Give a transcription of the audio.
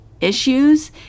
issues